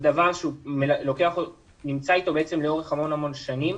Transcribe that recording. זה דבר שנמצא אתו לאורך המון המון שנים.